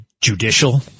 judicial